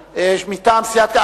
מטעם סיעת קדימה,